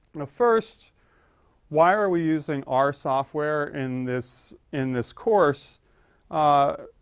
the first wire we use in our software in this in this course ah.